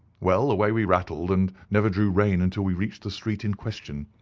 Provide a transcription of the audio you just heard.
well, away we rattled, and never drew rein until we reached the street in question.